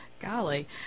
Golly